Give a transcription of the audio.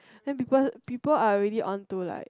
then people people are already on to like